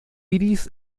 iris